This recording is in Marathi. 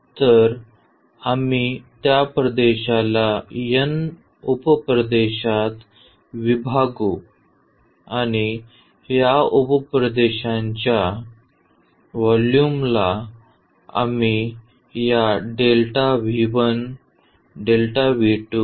तर आम्ही त्या प्रदेशाला n उप प्रदेशात विभागू आणि या उप प्रदेशांच्या व्हॉल्यूमला आम्ही या द्वारे कॉल करू